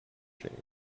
change